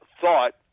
thought